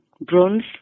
Bronze